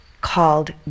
called